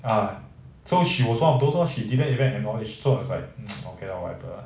ah so she was one of those lor she didn't even acknowledge so I was like okay lor whatever